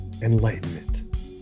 enlightenment